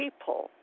people